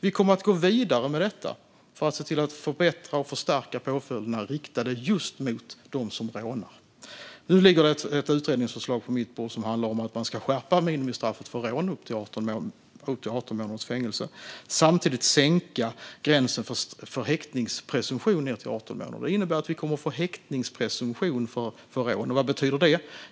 Vi kommer att gå vidare med detta för att se till att förbättra och förstärka påföljderna, riktat just mot dem som rånar. Nu ligger det ett utredningsförslag på mitt bord som handlar om att skärpa minimistraffet för rån till 18 månaders fängelse och samtidigt sänka gränsen för häktningspresumtion till 18 månader. Det innebär att vi kommer att få häktningspresumtion för rån. Vad betyder det?